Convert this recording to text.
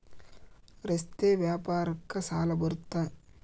ರಸ್ತೆ ವ್ಯಾಪಾರಕ್ಕ ಸಾಲ ಬರುತ್ತಾ?